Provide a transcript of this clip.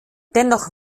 dennoch